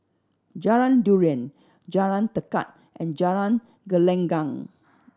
Jalan Durian Jalan Tekad and Jalan Gelenggang